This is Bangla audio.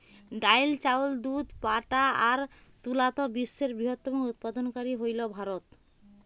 ডাইল, চাউল, দুধ, পাটা আর তুলাত বিশ্বের বৃহত্তম উৎপাদনকারী হইল ভারত